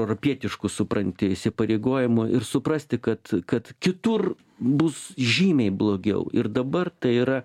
europietiškų supranti įsipareigojimų ir suprasti kad kad kitur bus žymiai blogiau ir dabar tai yra